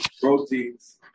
proteins